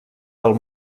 del